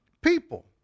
people